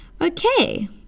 Okay